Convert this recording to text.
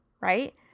right